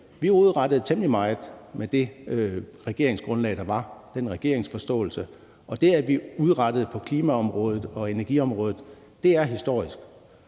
Vi udrettede temmelig meget med det regeringsgrundlag og den regeringsforståelse, der var. Og det, vi udrettede på klimaområdet og energiområdet, er historisk.